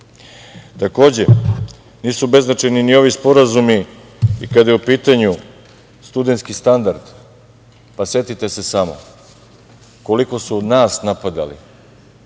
periodu. Nisu beznačajni ni ovi sporazumi i kada je u pitanju studentski standard. Setite se samo koliko su nas napadali